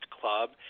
club